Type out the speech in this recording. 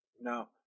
No